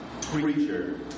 preacher